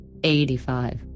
85